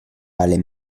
vale